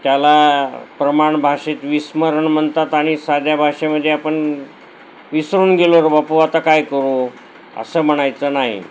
त्याला प्रमाण भाषेत विस्मरण म्हणतात आणि साध्या भाषेमध्ये आपण विसरून गेलो रं बापू आता काय करू असं म्हणायचं नाही